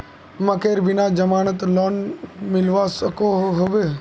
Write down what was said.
मकईर बिना जमानत लोन मिलवा सकोहो होबे?